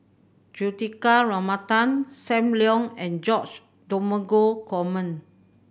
Juthika Ramanathan Sam Leong and George Dromgold Coleman